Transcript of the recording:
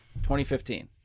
2015